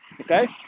Okay